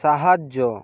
সাহায্য